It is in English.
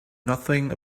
nothing